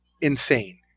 insane